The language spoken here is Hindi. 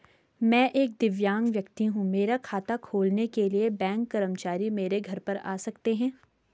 मैं एक दिव्यांग व्यक्ति हूँ मेरा खाता खोलने के लिए बैंक कर्मचारी मेरे घर पर आ सकते हैं?